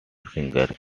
singers